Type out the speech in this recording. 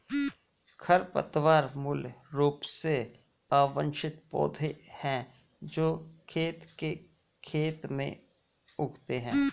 खरपतवार मूल रूप से अवांछित पौधे हैं जो खेत के खेत में उगते हैं